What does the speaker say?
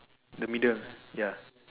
the middle ya